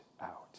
out